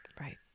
Right